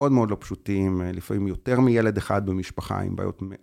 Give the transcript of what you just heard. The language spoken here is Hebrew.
מאוד מאוד לא פשוטים, לפעמים יותר מילד אחד במשפחה עם בעיות מ...